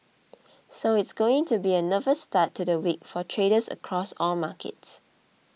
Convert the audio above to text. so it's going to be a nervous start to the week for traders across all markets